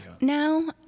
now